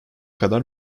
kadar